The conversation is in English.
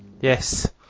Yes